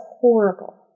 horrible